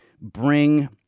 bring